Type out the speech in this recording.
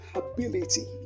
ability